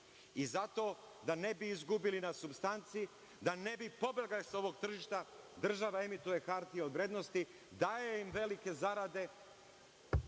Zato, da ne bi izgubili na supstanci, da ne bi pobegli sa ovog tržišta, država emituje hartije od vrednosti, daje im velike zarade,